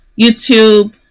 YouTube